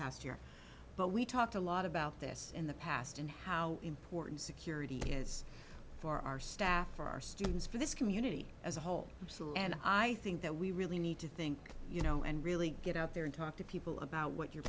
past year but we talked a lot about this in the past and how important security is for our staff for our students for this community as a whole and i think that we really need to think you know and really get out there and talk to people about what you're